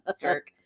jerk